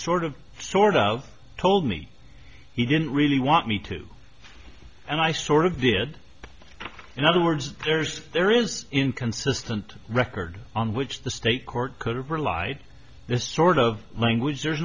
sort of sort of told me he didn't really want me to and i sort of did in other words there's there is inconsistent record on which the state court could have relied this sort of language